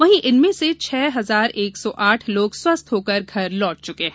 वहीं इनमें से छह हजार एक सौ आठ लोग स्वस्थ्य होकर घर लौट चुके हैं